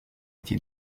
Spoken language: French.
été